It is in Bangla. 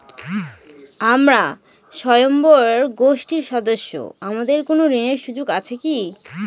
আমরা স্বয়ম্ভর গোষ্ঠীর সদস্য আমাদের কোন ঋণের সুযোগ আছে কি?